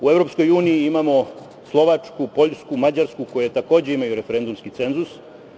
U EU imamo Slovačku, Poljsku, Mađarsku, koje takođe imaju referendumski cenzus.